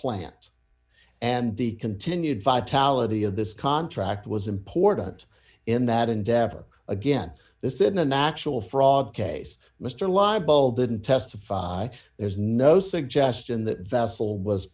plant and the continued vitality of this contract was important in that endeavor again this in a natural fraud case mr libel didn't testify there's no suggestion that vessel was